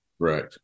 Right